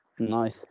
Nice